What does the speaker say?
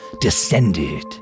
descended